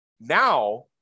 Now